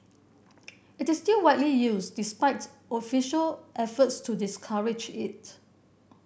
it is still widely used despite official efforts to discourage it